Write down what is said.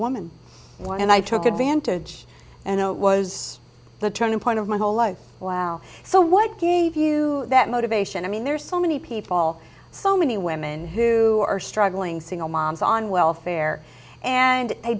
one and i took advantage and it was the turning point of my whole life wow so what gave you that motivation i mean there are so many people so many women who are struggling single moms on welfare and